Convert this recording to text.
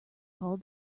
called